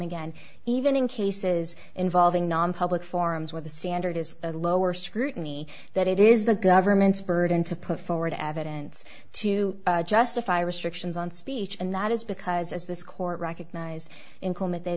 again even in cases involving nonpublic forums where the standard is lower scrutiny that it is the government's burden to put forward evidence to justify restrictions on speech and that is because as this court recognized in